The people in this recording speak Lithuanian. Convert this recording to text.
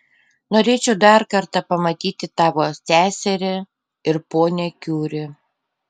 norėčiau dar kartą pamatyti tavo seserį ir ponią kiuri